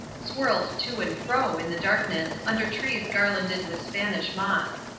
swirled to and fro in the darkness under trees garlanded with spanish moss.